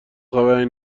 خبری